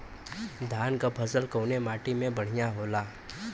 धान क फसल कवने माटी में बढ़ियां होला?